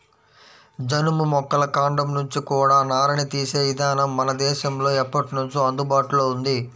జనుము మొక్కల కాండం నుంచి కూడా నారని తీసే ఇదానం మన దేశంలో ఎప్పట్నుంచో అందుబాటులో ఉంది